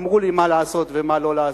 אמרו לי מה לעשות ומה לא לעשות,